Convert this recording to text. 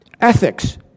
Ethics